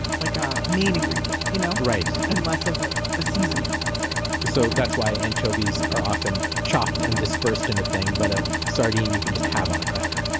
like a main ingredient, you know and less of a a seasoning, let's say so that's why anchovies are often chopped and dispersed in a thing, but a sardine you can just have on a cracker?